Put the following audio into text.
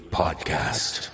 podcast